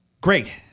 Great